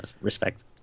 respect